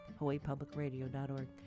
hawaiipublicradio.org